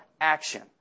action